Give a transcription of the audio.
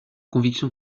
conviction